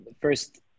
first